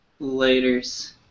Laters